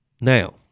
Now